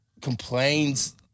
Complains